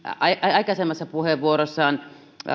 aikaisemmassa puheenvuorossaan